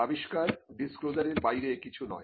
আবিষ্কার ডিসক্লোজারের বাইরে কিছু নয়